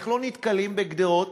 איך לא נתקלים בגדרות,